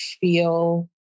feel